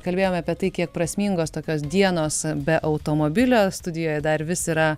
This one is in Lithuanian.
kalbėjome apie tai kiek prasmingos tokios dienos be automobilio studijoje dar vis yra